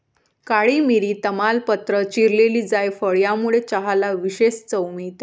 काळी मिरी, तमालपत्र, चिरलेली जायफळ यामुळे चहाला विशेष चव मिळते